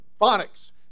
phonics